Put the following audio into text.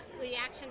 reaction